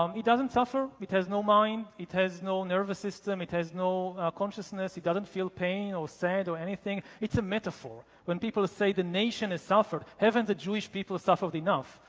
um it doesn't suffer, it has no mind, it has no nervous system, it has no consciousness, it doesn't feel pain or sad or anything, it's a metaphor when people say the nation is suffer. haven't the jewish people suffered enough?